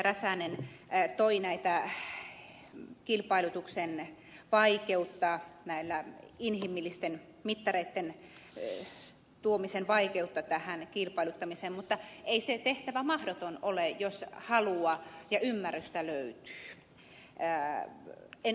räsänen toi esille kilpailutuksen vaikeudesta inhimillisten mittareitten kilpailuttamiseen tuomisen vaikeudesta mutta ei se tehtävä mahdoton ole jos halua ja ymmärrystä löytyy